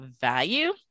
value